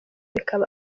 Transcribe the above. bikaba